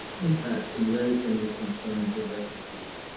impact in raising the concerns of refugees.